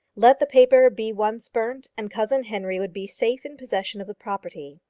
let the paper be once burnt, and cousin henry would be safe in possession of the property.